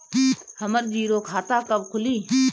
हमरा जीरो खाता कब खुली?